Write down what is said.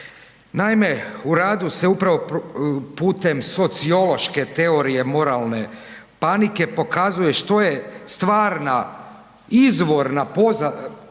Naime, u radu se upravo putem sociološke teorije moralne panike pokazuje što je stvarna izvorna pozadina